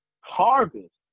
harvest